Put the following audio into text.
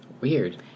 weird